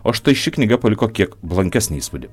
o štai ši knyga paliko kiek blankesnį įspūdį